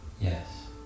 Yes